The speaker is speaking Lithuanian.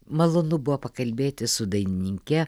malonu buvo pakalbėti su dainininke